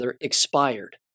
expired